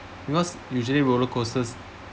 because usually roller coasters